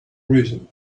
reason